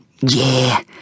Yeah